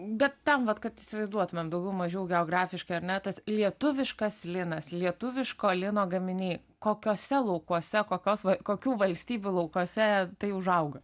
bet tam vat kad įsivaizduotumėm daugiau mažiau geografiškai ar ne tas lietuviškas linas lietuviško lino gaminiai kokiuose laukuose kokios va kokių valstybių laukuose tai užauga